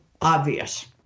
obvious